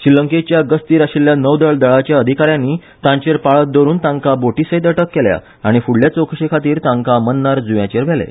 श्रीलंकेच्या गस्तीर आशिल्ल्या नौदळ दळाच्या अधिकाऱ्यांनी तांचेर पाळत दवरून तांकां बोटी सयत केल्या आनी फ़्डले चवकशे खातीर तांकां मन्नार जुव्यांचेर व्हेले